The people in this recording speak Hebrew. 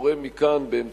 אני קורא מכאן לממשלה,